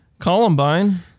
columbine